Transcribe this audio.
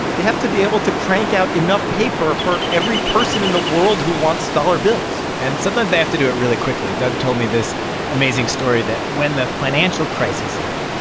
they have to be able to crank out enough paper for every person in the world who wants dollar bills and sometimes they have to do it really quickly. doug told me this amazing story that when the financial crisis hit,